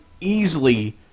easily